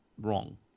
wrong